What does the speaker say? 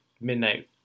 midnight